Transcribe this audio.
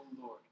Lord